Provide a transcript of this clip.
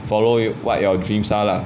follow what your dreams ah lah